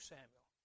Samuel